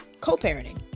co-parenting